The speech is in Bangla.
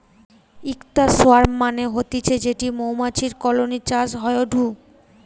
ইকটা সোয়ার্ম মানে হতিছে যেটি মৌমাছির কলোনি চাষ হয়ঢু